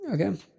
Okay